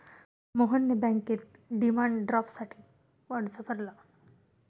मोहनने बँकेत डिमांड ड्राफ्टसाठी अर्ज भरला